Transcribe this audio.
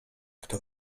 kto